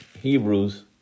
Hebrews